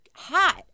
hot